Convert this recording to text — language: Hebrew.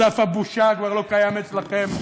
סף הבושה כבר לא קיים אצלכם.